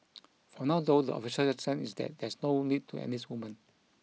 for now though the official stand is that there's no need to enlist women